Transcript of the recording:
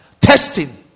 testing